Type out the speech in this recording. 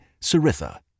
Saritha